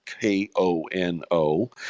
K-O-N-O